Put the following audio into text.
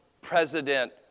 President